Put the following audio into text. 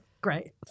great